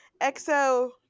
EXO